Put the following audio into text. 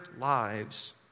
lives